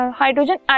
hydrogen